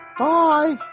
bye